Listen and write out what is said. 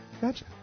gotcha